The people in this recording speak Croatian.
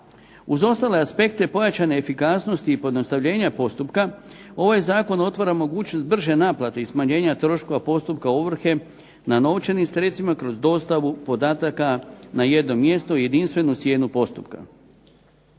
Uz ostale aspekte pojačane efikasnosti i pojednostavljenja postupka ovaj zakon otvara mogućnost brže naplate i smanjenja troškova postupka ovrhe na novčanim sredstvima kroz dostavu podataka na jedno mjesto jedinstvenu cijenu postupka.